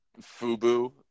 Fubu